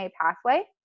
pathway